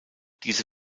diese